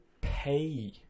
pay